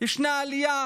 ישנה עלייה